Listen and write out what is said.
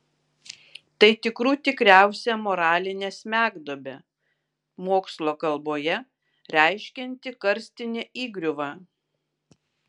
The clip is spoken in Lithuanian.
tai tikrų tikriausia moralinė smegduobė mokslo kalboje reiškianti karstinę įgriuvą